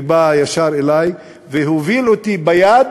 בא ישר אלי והוביל אותי ביד